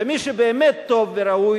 ומי שבאמת טוב וראוי,